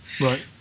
Right